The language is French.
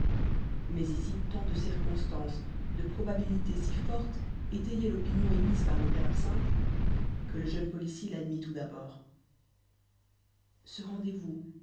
mais ici tant de circonstances de probabilités si fortes étayaient l'opinion émise par le père absinthe que le jeune policier l'admit tout d'abord ce rendez-vous